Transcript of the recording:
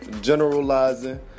generalizing